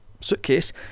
suitcase